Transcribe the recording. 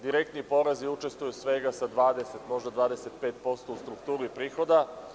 Direktni porezi učestvuju svega sa 20, 25% u strukturi prihoda.